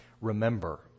remember